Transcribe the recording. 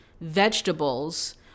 vegetables